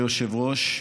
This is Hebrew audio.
כבוד היושב-ראש,